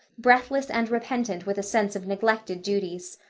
breathless and repentant with a sense of neglected duties.